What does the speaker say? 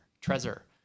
treasure